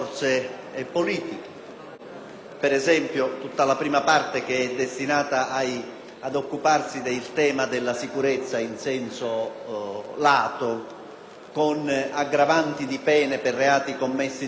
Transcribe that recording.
Ad esempio, tutta la prima parte, che affronta il tema della sicurezza in senso lato, con aggravanti di pena per reati commessi in determinate circostanze